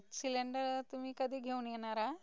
cylinder तुम्ही कधी घेऊन येणार आहात